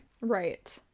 Right